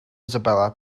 isabella